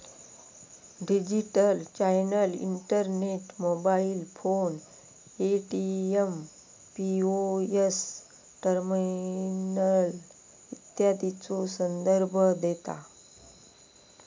digital channel internet, mobile phone, ATM, POS terminal इत्यादीचो संदर्भ देता